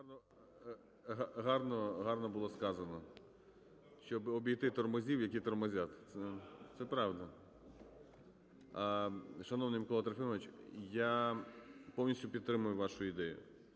Гарно було сказано: "щоб обійти "тормозів", які тормозять", – це правильно. Шановний Миколо Трохимовичу, я повністю підтримую вашу ідею.